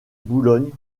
boulogne